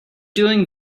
doing